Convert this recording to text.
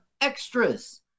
extras